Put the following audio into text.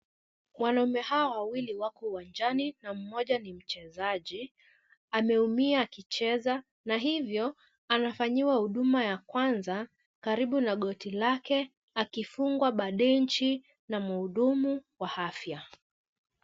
Waanaume hawa wawili wako uwanjani na mmoja ni mchezaji. Ameumia akicheza na hivyo anafanyiwa huduma ya kwanza karibu na goti lake akifungwa bandeji na mhudumu wa afya.